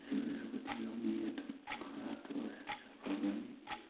ꯃꯁꯤ ꯑꯣꯏꯔꯕꯗꯤ ꯂꯧꯃꯤ ꯑꯗꯨ ꯈꯔꯇ ꯑꯣꯏꯔꯁꯨ ꯁꯥꯐꯒꯅꯤ